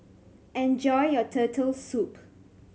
enjoy your Turtle Soup